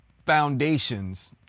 foundations